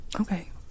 Okay